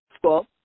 school